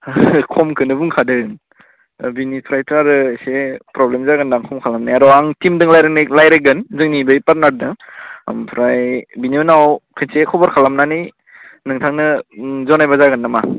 खमखौनो बुंखादों बेनिफ्रायथ' आरो एसे प्रब्लेम जागोन नामा खम खालामनो र' आं टिमजों रायज्लायगोन जोंनि बै पार्टनारजों ओमफ्राय बेनि उनाव खनसे खबर खालामनानै नोंथांनो जनायबा जागोन नामा